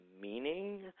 meaning